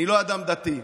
אני לא אדם דתי.